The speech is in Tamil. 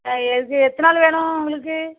எது எத்தனை ஆள் வேணும் உங்களுக்கு